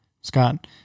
Scott